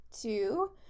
Two